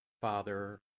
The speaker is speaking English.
Father